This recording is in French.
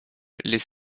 les